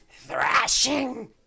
thrashing